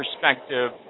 perspective